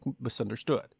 misunderstood